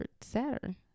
Saturn